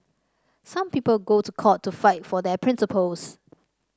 some people go to court to fight for their principles